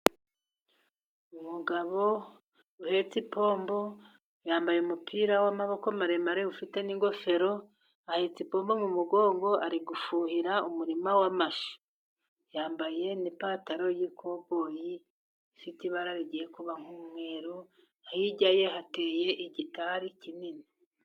Umugabo uhetse ipombo, yambaye umupira w'amaboko maremare ufite n'ingofero, ahetse ipombo mu mugongo ari gufuhira umurima w'amashu, yambaye n'ipantaro y'ikoboyi ifite ibara rigiye kuba nk'umweru, hirya ye hateye igitari kinini.